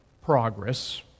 progress